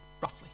Roughly